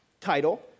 title